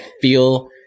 feel